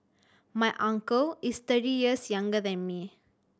my uncle is thirty years younger than me